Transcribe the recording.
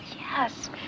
Yes